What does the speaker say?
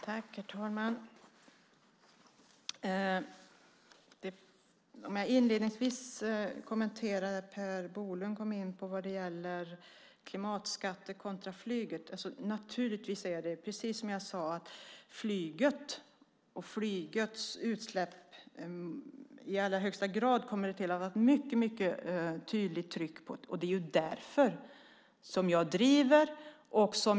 Herr talman! Låt mig inledningsvis kommentera det Per Bolund kom in på när det gäller klimatskatt kontra flyget. Det kommer att vara ett mycket tydligt tryck på flyget och flygets utsläpp. Det är därför som jag driver detta.